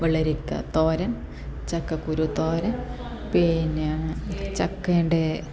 വെള്ളരിക്ക തോരൻ ചക്കക്കുരു തോരൻ പിന്നെ ചക്കെൻ്റെ